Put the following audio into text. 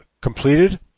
completed